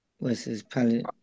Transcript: versus